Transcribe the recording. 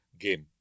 game